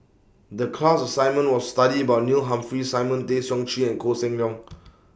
The class assignment was study about Neil Humphreys Simon Tay Seong Chee and Koh Seng Leong